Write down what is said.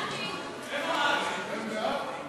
גברתי, אנחנו נעבור להצבעה?